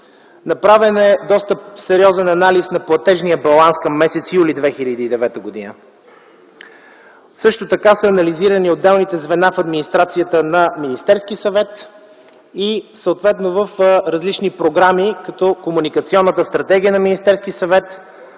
Направен е доста сериозен анализ на платежния баланс към м. юли 2009 г. Съща така са анализирани отделните звена в администрацията на Министерския съвет и съответно в различни програми като Комуникационната стратегия на Министерския съвет